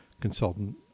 consultant